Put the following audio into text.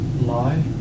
lie